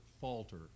falter